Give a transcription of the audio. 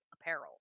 apparel